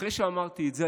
אחרי שאמרתי את זה,